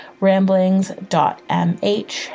ramblings.mh